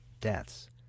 deaths